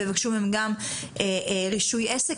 ויבקשו מהם גם רישוי עסק.